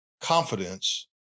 confidence